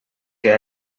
que